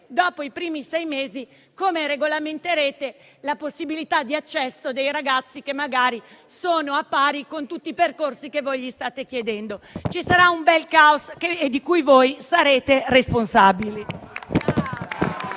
dopo i primi sei mesi, come regolamenterete la possibilità di accesso dei ragazzi che magari sono a pari con tutti i percorsi che voi state loro chiedendo. Ci sarà un bel caos, di cui voi sarete responsabili.